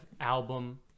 album